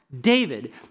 David